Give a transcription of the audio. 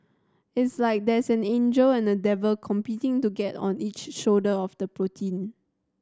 it's like there is an angel and a devil competing to get on each shoulder of the protein